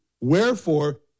Wherefore